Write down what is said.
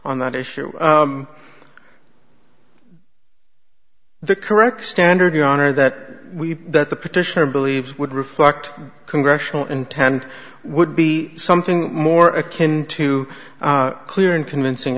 on that issue the correct standard your honor that we that the petitioner believes would reflect congressional intent would be something more akin to clear and convincing